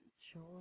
sure